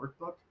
workbook